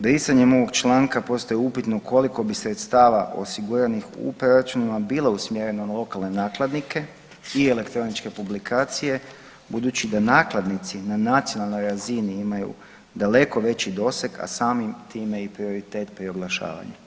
Brisanjem ovog članka postaje upitno koliko bi sredstava osiguranih u proračunima bilo usmjereno na lokalne nakladnike i elektroničke publikacije budući da nakladnici na nacionalnoj razini imaju daleko veći doseg, a samim time i prioritet pri oglašavanju.